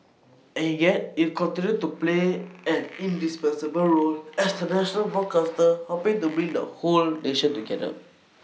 and yet it'll continue to play an indispensable role as the national broadcaster helping to bring the whole nation together